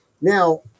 Now